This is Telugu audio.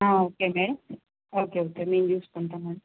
ఓకే మేడం ఓకే ఓకే నేను చూసుకుంటాను మేడం